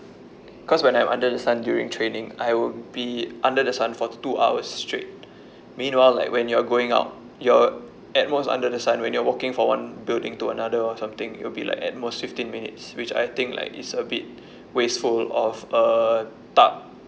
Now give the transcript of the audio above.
because when I'm under the sun during training I would be under the sun for two hours straight meanwhile like when you're going out you're at most under the sun when you're walking from one building to another or something it will be like at most fifteen minutes which I think like it's a bit wasteful of a tub